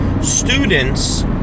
students